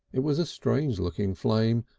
it was a strange-looking flame,